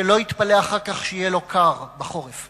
שלא יתפלא אחר כך שיהיה לו קר בחורף.